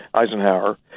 Eisenhower